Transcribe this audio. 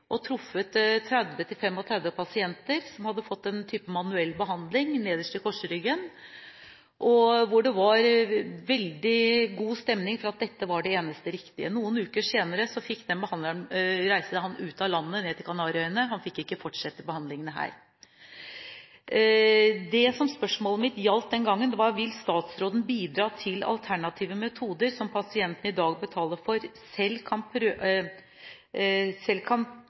og truffet 30–35 pasienter som hadde fått en type manuell behandling nederst i korsryggen, og hvor det var veldig god stemning og man mente at dette var det eneste riktige. Noen uker etter reiste den behandleren ut av landet, ned til Kanariøyene, han fikk ikke fortsette behandlingene her. Det som spørsmålet mitt gjaldt den gangen, var: «Vil statsråden bidra til at alternative metoder som pasienten i dag betaler for, selv kan